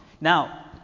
Now